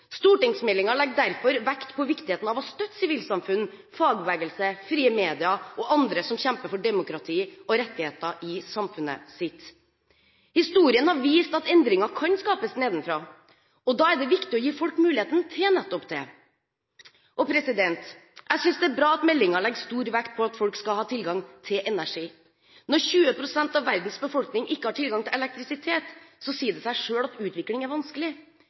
legger derfor vekt på viktigheten av å støtte sivilsamfunn, fagbevegelse, frie medier og andre som kjemper for demokrati og rettigheter i samfunnet sitt. Historien har vist at endringer kan skapes nedenfra, og da er det viktig å gi folk muligheten til nettopp det. Jeg synes det er bra at meldingen legger stor vekt på at folk skal ha tilgang til energi. Når 20 pst. av verdens befolkning ikke har tilgang på elektrisitet, sier det seg selv at utvikling er vanskelig.